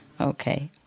Okay